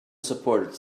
support